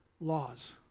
laws